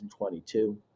2022